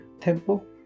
temple